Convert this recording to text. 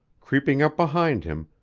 creeping up behind him,